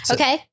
Okay，